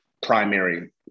primary